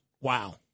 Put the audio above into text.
Wow